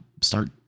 start